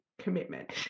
commitment